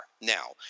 now